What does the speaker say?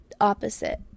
opposite